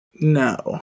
No